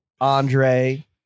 andre